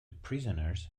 prisoners